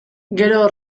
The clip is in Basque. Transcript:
gero